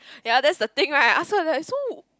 ya that's the thing right I ask her so